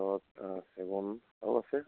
তাৰপাছত চেগুন আৰু আছে